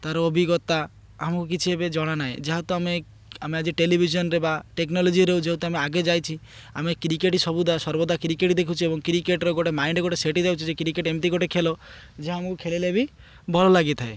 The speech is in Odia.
ତାର ଅଭିଜ୍ଞତା ଆମକୁ କିଛି ଏବେ ଜଣାାନାହିଁ ଯାହାତ ଆମେ ଆମେ ଆଜି ଟେଲିଭିଜନ୍ରେ ବା ଟେକ୍ନୋଲୋଜିରେ ଯେହେତୁ ଆମେ ଆଗେ ଯାଇଛି ଆମେ କ୍ରିକେଟ୍ ସମୁଦାୟ ସର୍ବଦା କ୍ରିକେଟ୍ ଦେଖୁଛୁ ଏବଂ କ୍ରିକେଟ୍ର ଗୋଟେ ମାଇଣ୍ଡ୍ ଗୋଟେ ସେଇଟି ଯାଉଛି ଯେ କ୍ରିକେଟ୍ ଏମିତି ଗୋଟେ ଖେଳ ଯେ ଆମକୁ ଖେଳଲେ ବି ଭଲ ଲାଗିଥାଏ